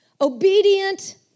obedient